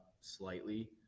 slightly